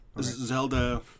Zelda